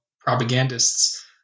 propagandists